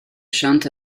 chante